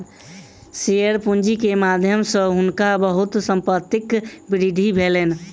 share पूंजी के माध्यम सॅ हुनका बहुत संपत्तिक वृद्धि भेलैन